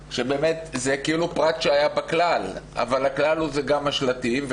זה כאילו פרט שהיה בכלל אבל הכלל הוא גם השלטים,